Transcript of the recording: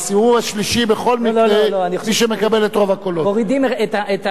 מי שמקבל את רוב הקולות.